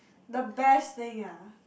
the best thing ah